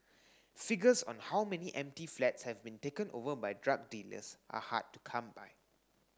figures on how many empty flats have been taken over by drug dealers are hard to come by